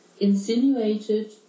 insinuated